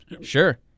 sure